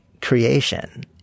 creation